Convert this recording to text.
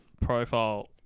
profile